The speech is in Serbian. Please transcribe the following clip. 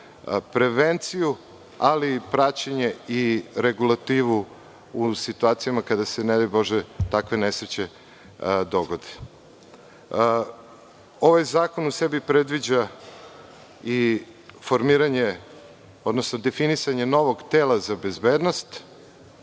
prevenciju ali i praćenje i regulativu u situacijama kada se, ne daj bože, takve nesreće dogode. Ovaj zakon u sebi predviđa i formiranje, odnosno definisanje novog tela za bezbednost,